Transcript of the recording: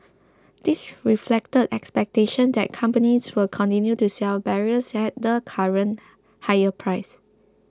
this reflected expectations that companies will continue to sell barrels at the current higher price